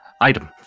item